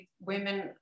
women